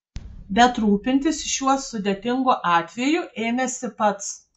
bet rūpintis šiuo sudėtingu atveju ėmėsi pats